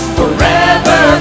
forever